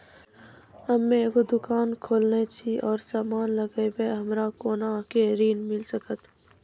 हम्मे एगो दुकान खोलने छी और समान लगैबै हमरा कोना के ऋण मिल सकत?